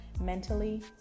mentally